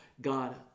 God